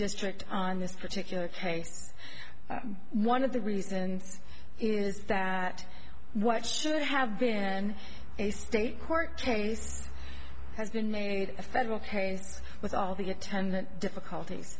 district on this particular case one of the reasons is that what should have been a state court case has been made a federal case with all the attendant difficulties